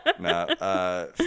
No